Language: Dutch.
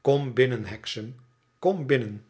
kom binnen hexam kom bbnen